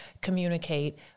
communicate